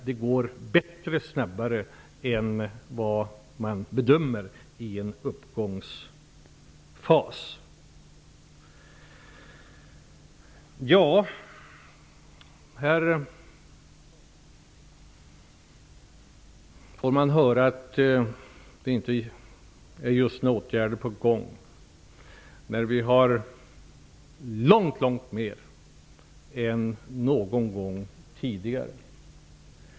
Det går bättre och snabbare i en uppgångsfas än vad man bedömer. Här får man höra att det just inte är några åtgärder på gång, när vi har långt mer än någon gång tidigare.